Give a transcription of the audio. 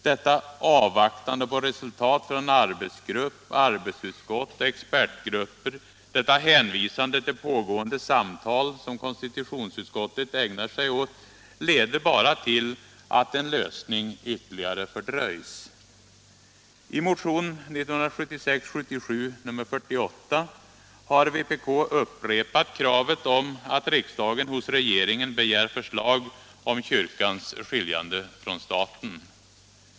Detta avvaktande på resultat från arbetsgrupp, arbetsutskott och expertgrupper, detta hänvisande till pågående samtal som konstitutionsutskottet ägnar sig åt leder bara till att en lösning ytterligare fördröjs. I motionen 1976/77:48 har vpk upprepat kravet om att riksdagen hos regeringen begär förslag om kyrkans skiljande från staten.